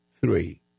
Three